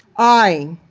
i,